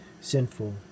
sinful